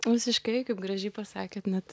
visiškai kaip gražiai pasakėt net